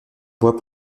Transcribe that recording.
bois